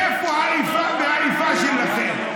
איפה האיפה והאיפה שלכם?